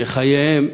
שחייהם,